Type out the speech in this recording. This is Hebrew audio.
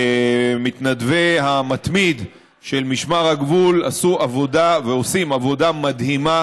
מתנדבי "המתמיד" של משמר הגבול עשו עבודה ועושים עבודה מדהימה